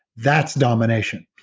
that's domination.